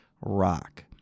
rock